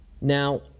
Now